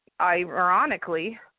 ironically